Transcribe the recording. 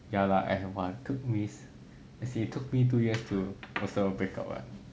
ya lah act one took me as in it took me two years to also break up what